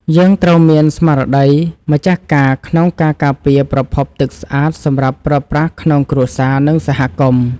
យើងត្រូវមានស្មារតីម្ចាស់ការក្នុងការការពារប្រភពទឹកស្អាតសម្រាប់ប្រើប្រាស់ក្នុងគ្រួសារ និងសហគមន៍។